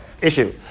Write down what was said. issue